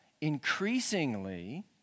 increasingly